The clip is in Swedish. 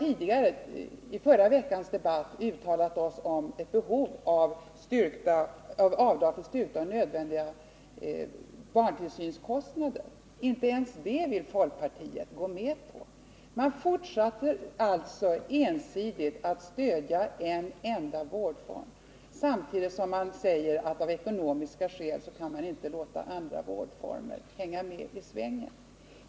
I förra veckans debatt framhöll vi behovet av avdrag för styrkta nödvändiga barntillsynskostnader. Inte ens det vill folkpartiet gå med på. Man fortsätter alltså att ensidigt stödja en enda vårdform samtidigt som man säger att man av ekonomiska skäl inte kan låta andra vårdformer få en likvärdig behandling.